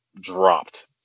dropped